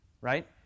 right